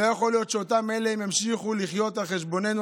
לא יכול להיות שאותם אלה ימשיכו לחיות על חשבוננו,